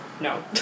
No